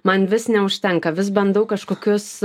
man vis neužtenka vis bandau kažkokius